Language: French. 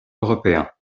européen